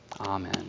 Amen